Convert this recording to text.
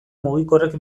mugikorrek